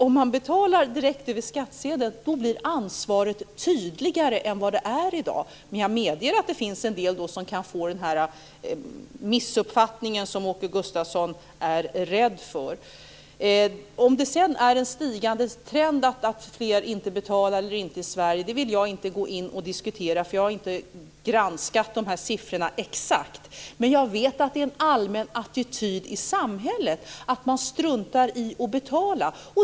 Om man betalar direkt över skattsedeln blir ansvaret tydligare än vad det är i dag. Men jag medger att det kan finnas en del som kan få den missuppfattning som Åke Gustavsson är rädd för. Om det är en stigande trend att fler betalar eller inte i Sverige vill jag inte diskutera. Jag har inte granskat siffrorna exakt. Men jag vet att det är en allmän attityd i samhället att man struntar i att betala.